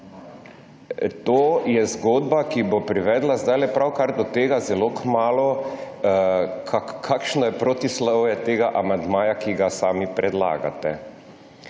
To je zgodba, ki bo privedla pravkar do tega, kakšno je protislovje tega amandmaja, ki ga sami predlagate.